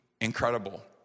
incredible